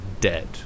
dead